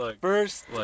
first